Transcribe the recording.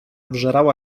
wżerała